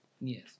Yes